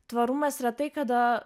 tvarumas retai kada